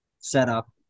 setup